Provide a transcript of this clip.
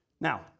Now